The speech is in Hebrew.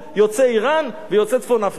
יוצאי אירן ויוצאי צפון-אפריקה.